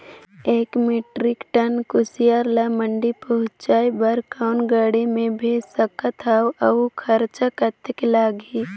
एक metric ton कुसियार ल मंडी पहुंचाय बर कौन गाड़ी मे भेज सकत हव अउ खरचा कतेक लगही?